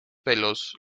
pelos